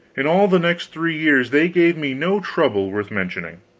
in all the next three years they gave me no trouble worth mentioning.